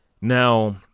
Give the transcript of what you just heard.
Now